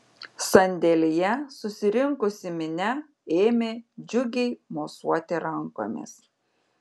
sandėlyje susirinkusi minia ėmė džiugiai mosuoti rankomis